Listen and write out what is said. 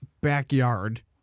backyard